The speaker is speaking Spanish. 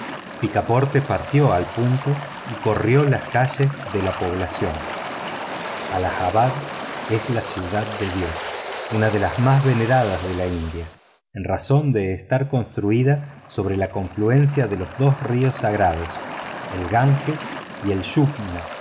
picaporte partió al punto y recorrió las calles de la población allahabad es la ciudad de dios una de las más veneradas de la india en razón de estar construida sobre la confluencia de los dos ríos sagrados el ganges y el